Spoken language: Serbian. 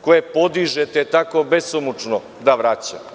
koje podižete tako besomučno, da vraća?